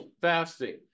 fasting